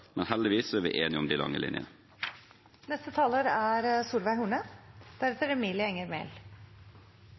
men heldigvis er vi enige om de lange